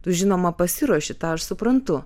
tu žinoma pasiruoši tą aš suprantu